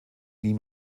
nie